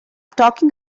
talking